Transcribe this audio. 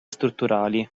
strutturali